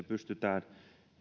pystytään